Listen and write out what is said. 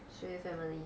谁的 family